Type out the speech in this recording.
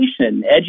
Education